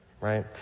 right